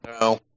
No